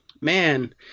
man